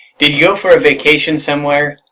did you go for a vacation somewhere?